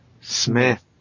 Smith